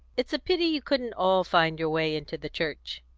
it's a pity you couldn't all find your way into the church.